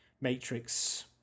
Matrix